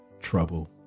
trouble